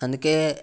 అందుకే